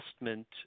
investment